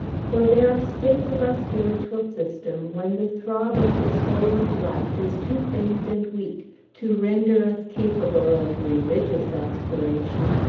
for there are states of our spiritual system when the throb of the soul's life is too faint and weak to render us capable of religious aspiration.